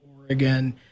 Oregon